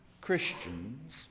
Christians